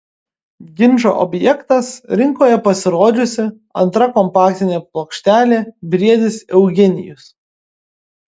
ginčo objektas rinkoje pasirodžiusi antra kompaktinė plokštelė briedis eugenijus